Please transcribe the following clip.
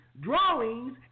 drawings